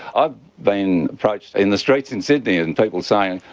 i've been approached in the streets in sydney and people saying,